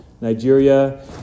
Nigeria